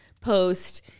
post